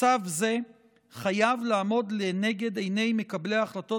מצב זה חייב לעמוד לנגד עיני מקבלי ההחלטות